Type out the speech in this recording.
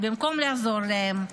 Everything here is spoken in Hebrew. במקום לעזור להם,